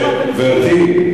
על זה קיבלת אישור.